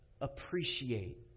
appreciate